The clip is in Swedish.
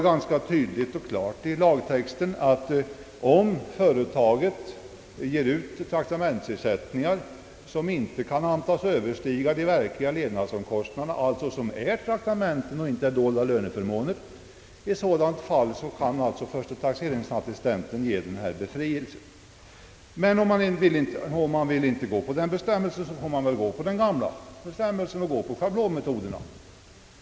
Det står klart och tydligt i lagtexten att om företaget ger ut traktamentsersättningar som inte kan antas överstiga de verkliga levnadskostnaderna och som alltså är traktamenten och inte dolda löneförmåner, kan förste taxeringsintendenten medge den befrielse det här gäller. Men om man inte vill tillämpa denna bestämmelse får man följa de vanliga bestämmelserna och tillämpa schablonmetoden.